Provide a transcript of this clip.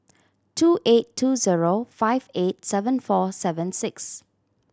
two eight two zero five eight seven four seven six